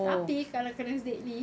tapi kalau kena dia ni